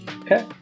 Okay